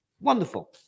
Wonderful